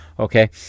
Okay